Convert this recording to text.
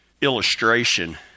illustration